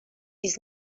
تیز